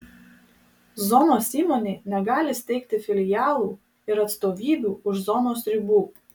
zonos įmonė negali steigti filialų ir atstovybių už zonos ribų